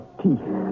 teeth